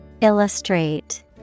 Illustrate